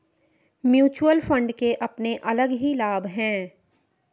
mutual fund के अपने अलग ही लाभ हैं